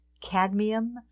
cadmium